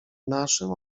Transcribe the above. naszym